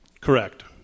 Correct